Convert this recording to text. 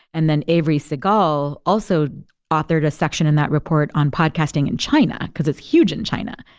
and then avery segal also authored a section in that report on podcasting in china because it's huge in china,